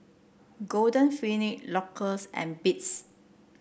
Golden Peony Loacker and Beats